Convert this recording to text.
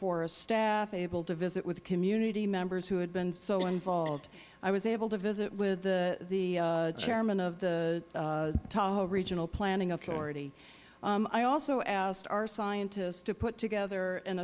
forest staff able to visit with community members who had been so involved i was able to visit with the chairman of the tahoe regional planning authority i also asked our scientists to put together an